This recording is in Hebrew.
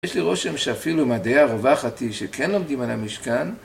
יש לי רושם שאפילו אם הדעה הרווחת היא שכן לומדים על המשכן